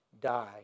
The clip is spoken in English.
die